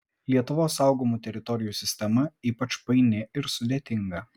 lietuvos saugomų teritorijų sistema ypač paini ir sudėtinga